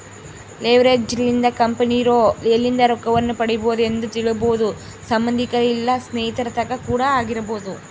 leverage ಲಿಂದ ಕಂಪೆನಿರೊ ಎಲ್ಲಿಂದ ರೊಕ್ಕವನ್ನು ಪಡಿಬೊದೆಂದು ತಿಳಿಬೊದು ಸಂಬಂದಿಕರ ಇಲ್ಲ ಸ್ನೇಹಿತರ ತಕ ಕೂಡ ಆಗಿರಬೊದು